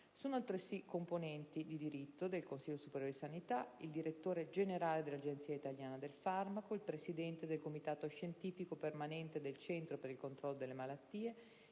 Sono, altresì, componenti di diritto del Consiglio superiore di sanità il direttore generale dell'Agenzia italiana del farmaco, il presidente del Comitato scientifico permanente del Centro per il controllo delle malattie